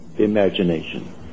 imagination